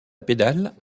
pédales